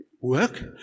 Work